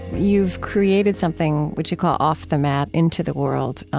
you've created something, which you call off the mat, into the world.